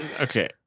Okay